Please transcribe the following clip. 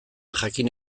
jakin